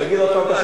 תגיד עוד פעם.